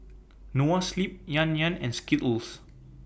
Noa Sleep Yan Yan and Skittles